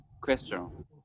question